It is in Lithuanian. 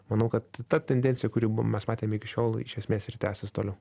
manau kad ta tendencija kuri mes matėm iki šiol iš esmės ir tęsis toliau